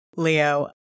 Leo